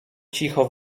cicho